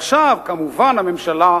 והוא, כמובן,